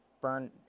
burn